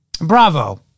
Bravo